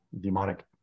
demonic